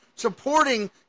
supporting